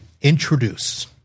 introduce